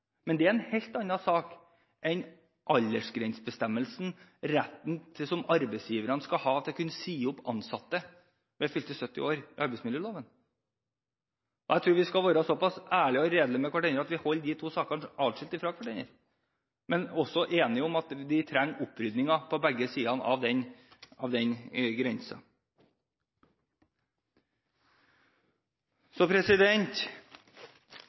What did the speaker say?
Men det er en helt annen sak enn aldersgrensebestemmelsen, retten som arbeidsgiverne skal ha i arbeidsmiljøloven til å kunne si opp ansatte ved fylte 70 år i. Jeg tror vi skal være såpass ærlige og redelige med hverandre at vi holder de to sakene adskilt, men også være enige om at vi trenger opprydninger på begge sidene av den grensen. Så jeg konstaterer dessverre at man bruker den